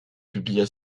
publia